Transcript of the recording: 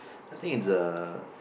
I think it's a